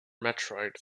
metroid